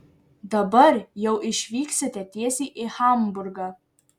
dabar jau išvyksite tiesiai į hamburgą